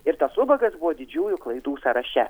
ir tas ubagas buvo didžiųjų klaidų sąraše